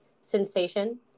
sensation